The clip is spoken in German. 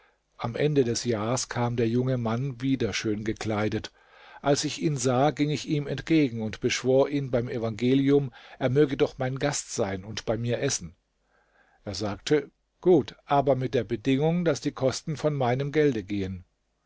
am ende des jahrs kam der junge mann wieder schön gekleidet als ich ihn sah ging ich ihm entgegen und beschwor ihn beim evangelium er möge doch mein gast sein und bei mir essen er sagte gut aber mit der bedingung daß die kosten von meinem gelde gehen